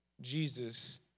Jesus